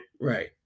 Right